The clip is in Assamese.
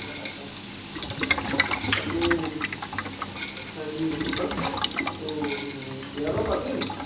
তাকে তাকে বাকী হেৰি কি কয় এইটো বিয়া বাৰু পাতিলি নেকি